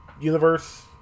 universe